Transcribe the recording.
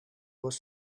was